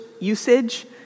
usage